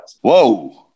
Whoa